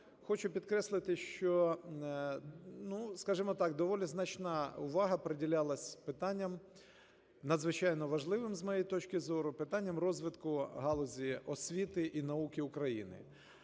хочу підкреслити, що, ну, скажімо так, доволі значна увагу приділялась питанням надзвичайно важливим, з моєї точки зору, питанням розвитку галузі освіти і науки України.